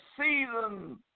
season